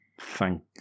Thank